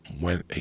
went